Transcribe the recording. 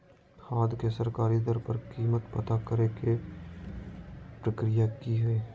खाद के सरकारी दर पर कीमत पता करे के प्रक्रिया की हय?